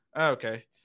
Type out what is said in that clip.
Okay